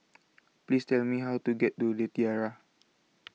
Please Tell Me How to get to The Tiara